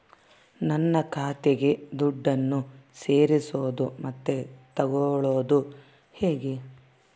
ನನ್ನ ಖಾತೆಗೆ ದುಡ್ಡನ್ನು ಸೇರಿಸೋದು ಮತ್ತೆ ತಗೊಳ್ಳೋದು ಹೇಗೆ?